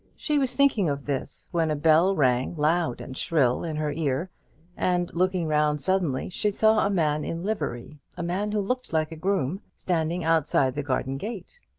she was thinking of this when a bell rang loud and shrill in her ear and looking round suddenly, she saw a man in livery a man who looked like a groom standing outside the garden gate.